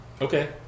Okay